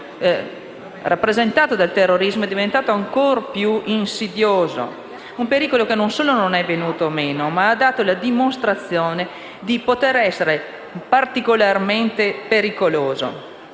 il pericolo rappresentato dal terrorismo è diventato ancora più insidioso: non solo non è venuto meno, ma ha dato la dimostrazione di poter essere particolarmente insidioso.